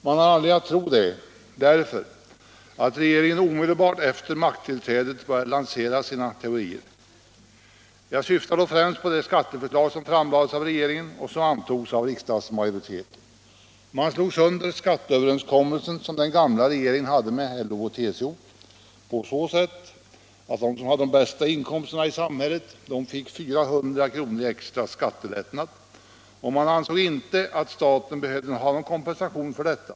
Man har anledning att tro detta, därför att regeringen omedelbart efter makttillträdet började lansera sina teorier. Jag syftar då främst på det skatteförslag som framlades av regeringen och som antogs av riksdagsmajoriteten. Man slog sönder skatteöverenskommelsen som den gamla regeringen hade med LO och TCO, på så sätt att de som hade de bästa inkomsterna fick 400 kr. i extra skattelättnad. Man ansåg inte att staten behövde någon kompensation för detta.